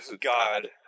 god